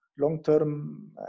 long-term